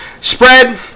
spread